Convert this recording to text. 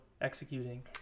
executing